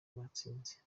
batsinze